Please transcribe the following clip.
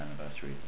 anniversary